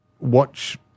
Watch